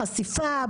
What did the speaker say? חשיפה,